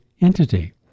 entity